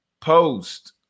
Post